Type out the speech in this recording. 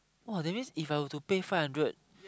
!wah! that means If I were to pay five hundred